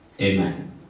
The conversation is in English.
Amen